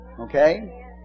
Okay